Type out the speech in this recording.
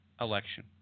election